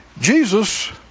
Jesus